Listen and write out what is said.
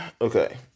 okay